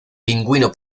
pingüino